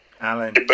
Alan